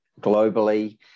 globally